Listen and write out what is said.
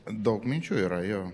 daug minčių yra jo